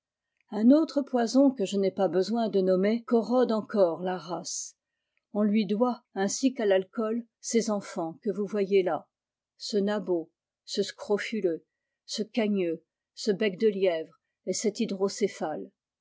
un autre poison que je n'ai pas besoin de nommer corrode encore la nice on lui doit ainsi qu'à l'alcool ces enfants îue vous vpyez là ce nabot ce scrofuleux ce cagneux ce bec de lièvre et cet